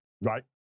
Right